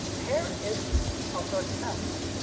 here is a first test.